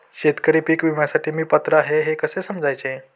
शेतकरी पीक विम्यासाठी मी पात्र आहे हे कसे समजायचे?